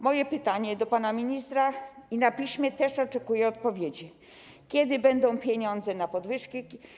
Moje pytanie do pana ministra i na piśmie też oczekuję odpowiedzi: Kiedy będą pieniądze na podwyżki?